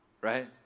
right